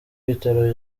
ibitaro